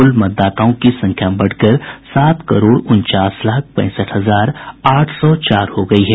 कुल मतदाताओं की संख्या बढ़कर सात करोड़ उनचास लाख पैंसठ हजार आठ सौ चार हो गयी है